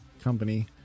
company